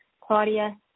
Claudia